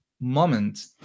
moment